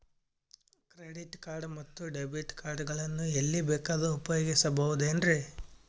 Credit card ಮತ್ತು debit card ಗಳನ್ನು ಎಲ್ಲಿ ಬೇಕಾದ್ರು ಉಪಯೋಗಿಸಬಹುದೇನ್ರಿ?